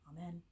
Amen